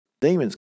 demons